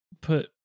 put